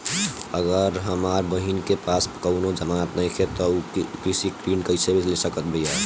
अगर हमार बहिन के पास कउनों जमानत नइखें त उ कृषि ऋण कइसे ले सकत बिया?